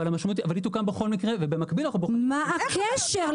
אבל היא תוקם בכל מקרה ובמקביל --- מה הקשר?